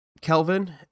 Kelvin